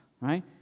right